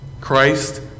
Christ